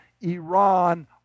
Iran